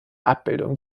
abbildung